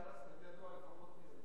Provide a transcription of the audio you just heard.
בסטטיסטיקה ידוע לפחות מיהו